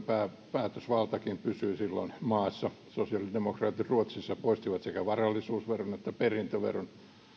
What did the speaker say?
päätösvaltakin pysyy silloin maassa sosiaalidemokraatit ruotsissa poistivat sekä varallisuusveron että perintöveron